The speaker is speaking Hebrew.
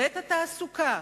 ואת התעסוקה,